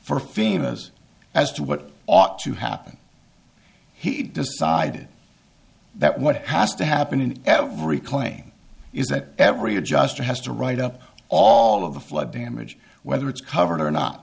for females as to what ought to happen he decided that what has to happen in every claim is that every adjuster has to write up all of the flood damage whether it's covered or not